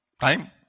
Time